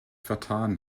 vertan